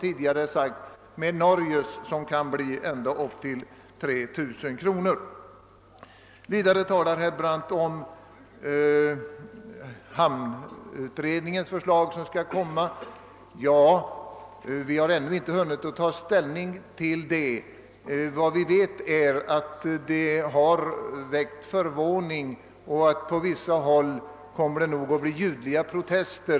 I Norge kan avdrag medgivas med ända upp till 3 000 kronor. Vidare talade herr Brandt om hamnutredningens förslag, som kommer att framläggas. Vi har ännu inte hunnit att ta ställning till det. Vad vi vet är att det har väckt förvåning och att det på vissa håll nog kommer att bli ljudliga protester.